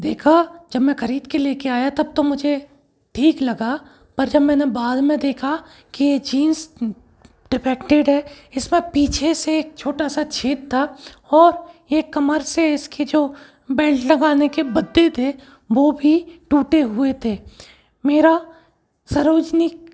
देखा जब मैं खरीद के लेके आया तब तो मुझे ठीक लगा पर जब मैंने बाद में देखा कि ये जीन्स डिफेक्टेड है इसमें पीछे से एक छोटा सा छेद था ओर ये कमर से इसकी जो बेल्ट लगाने के बद्दे थे वो भी टूटे हुए थे मेरा सरोजनी